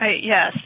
yes